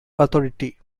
authority